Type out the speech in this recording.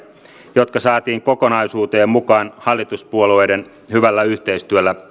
jotka saatiin kokonaisuuteen mukaan hallituspuolueiden hyvällä yhteistyöllä